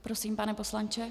Prosím, pane poslanče.